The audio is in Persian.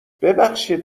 ببخشید